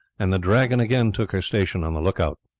and the dragon again took her station on the look-out.